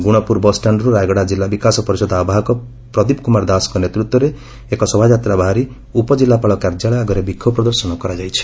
ଗୁଣୁପୁର ବସ୍ଷାଣ୍ରୁ ରାୟଗଡ଼ା ଜିଲ୍ଲ ବିକାଶ ପରିଷଦ ଆବାହକ ପ୍ରଦୀପ କୁମାର ଦାସଙ୍କ ନତୂତ୍ୱରେ ଏକ ଶୋଭାଯାତ୍ରା ବାହାରି ଉପକିଲ୍ଲାପାଳ କାର୍ଯ୍ୟାଳୟ ଆଗରେ ବିକ୍ଷୋଭ ପ୍ରଦର୍ଶନ କରାଯାଇଛି